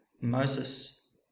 Moses